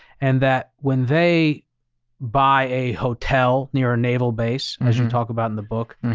and that when they buy a hotel near a naval base as you talk about in the book,